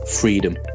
freedom